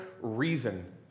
reason